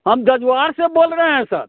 हम जजुआर से बोल रहे हैं सर